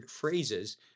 phrases